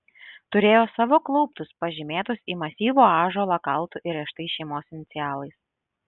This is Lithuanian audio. turėjo savo klauptus pažymėtus į masyvų ąžuolą kaltu įrėžtais šeimos inicialais